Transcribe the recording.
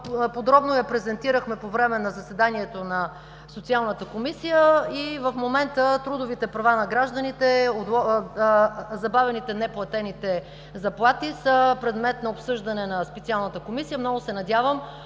подробно презентирахме по време на заседанието на Социалната комисия. И в момента трудовите права на гражданите, забавените, неплатените заплати са предмет на обсъждане на специалната комисия. Много се надявам